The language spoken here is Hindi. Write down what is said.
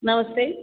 नमस्ते